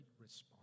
response